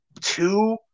two